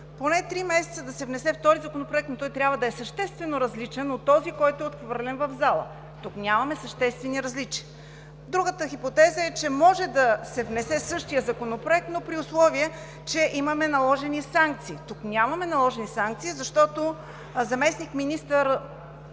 поне три месеца, за да се внесе втори законопроект, но той трябва да е съществено различен от този, който е отхвърлен в залата. Тук нямаме съществени различия. Другата хипотеза е, че може да се внесе същият законопроект, но при условие че имаме наложени санкции. Тук нямаме наложени санкции, защото заместник-министър